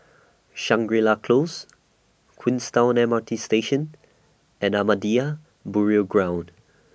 Shangri La Close Queenstown M R T Station and Ahmadiyya Burial Ground